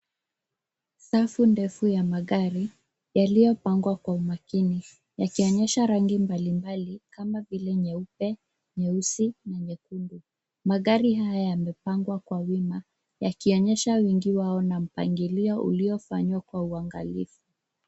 Safu ndefu ya magari yaliyopangwa kwa umakini yakionyesha rangi mbalimbali kama vile nyeupe, nyeusi na nyekundu magari haya yamepangwa kwa wima yakionyesha wingi wao na mpangilio ulio fanywa kwa uangalifu.